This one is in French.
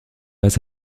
pas